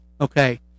Okay